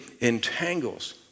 entangles